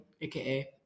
aka